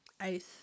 Ice